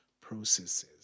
processes